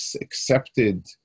accepted